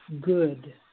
good